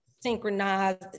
synchronized